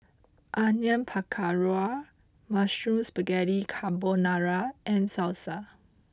Onion Pakora Mushroom Spaghetti Carbonara and Salsa